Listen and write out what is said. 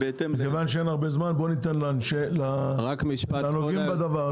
מכיוון שאין הרבה זמן בוא ניתן לנוגעים בדבר.